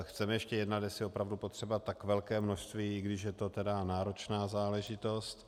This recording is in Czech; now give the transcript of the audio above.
Chceme ještě jednat, jestli je opravdu potřeba tak velké množství, i když je to tedy náročná záležitost.